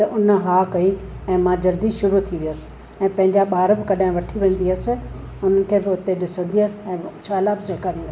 त उन हा कई ऐं मां जल्दी शुरू थी वियसि ऐं पंहिंजा ॿार बि कॾहिं वठी वेंदी हुअसि उनखे बि ॾिसंदी हुअसि ऐं शाला सेखारींदमि